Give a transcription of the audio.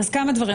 כמה דברים.